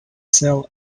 sell